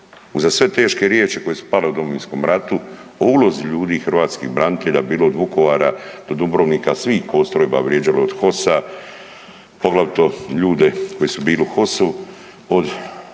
Uza sve teške riječi koje su pale o Domovinskom ratu, o ulozi ljudi i hrvatskih branitelja bilo od Vukovara do Dubrovnika, svih postrojbi vrijeđalo od HOS-a, poglavito ljude koji su bili u HOS-u, od ljudi